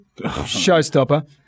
Showstopper